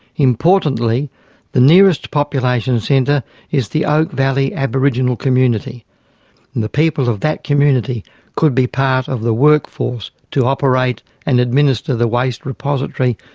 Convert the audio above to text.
importantly the nearest population centre is the oak valley aboriginal community and the people of that community could be part of the workforce to operate and administer the waste repository.